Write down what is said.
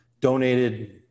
donated